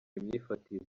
imyifatire